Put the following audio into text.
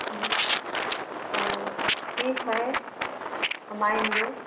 तो ठीक है हम आएँगे